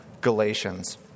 Galatians